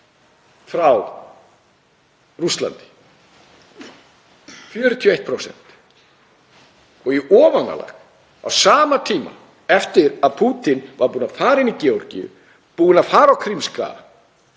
frá Rússlandi, 41%. Í ofanálag ákváðu menn, eftir að Pútín var búinn að fara inn í Georgíu, búinn að fara á Krímskaga,